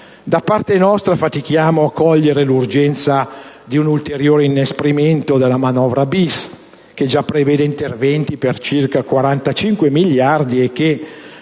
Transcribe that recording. Da parte nostra, fatichiamo a cogliere l'urgenza di un ulteriore inasprimento della manovra-*bis*, che già prevede interventi per circa 45 miliardi e che,